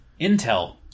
Intel